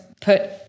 put